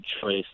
choice